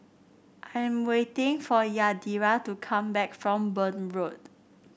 I am waiting for Yadira to come back from Burn Road